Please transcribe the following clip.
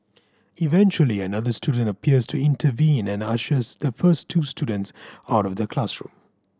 eventually another student appears to intervene and ushers the first two students out of the classroom